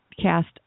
cast